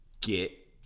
get